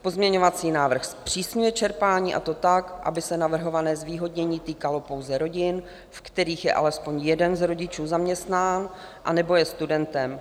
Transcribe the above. Pozměňovací návrh zpřísňuje čerpání, a to tak, aby se navrhované zvýhodnění týkalo pouze rodin, v kterých je alespoň jeden z rodičů zaměstnán anebo je studentem.